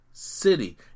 City